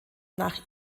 nach